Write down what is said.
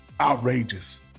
outrageous